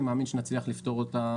אני מאמין שנצליח לפתור אותה